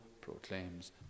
proclaims